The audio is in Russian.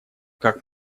как